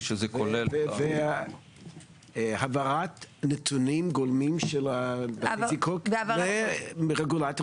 3. והעברת נתונים גולמיים של בתי זיקוק לרגולטור